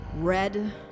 Red